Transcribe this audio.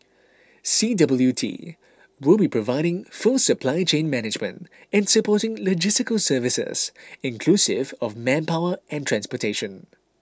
C W T will be providing full supply chain management and supporting logistical services inclusive of manpower and transportation